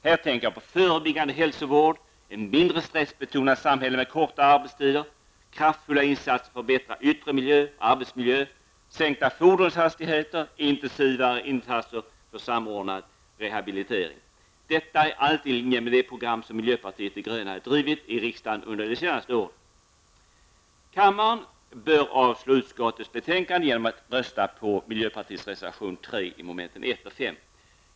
Här tänker jag på förebyggande hälsovård, ett mindre stressbetonat samhälle med kortare arbetstid, kraftfulla insatser för att förbättra yttre miljö och arbetsmiljö, sänkta fordonshastigheter och intensivare insatser för samordnad rehabilitering. Detta är allt i linje med det program som miljöpartiet de gröna drivit i riksdagen under de senaste åren. Kammaren bör avslå utskottets hemställan under mom. 1 och 5 i betänkandet genom att rösta på miljöpartiets reservation 3.